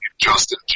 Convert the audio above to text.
Justin